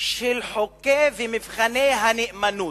של חוקי ומבחני הנאמנות.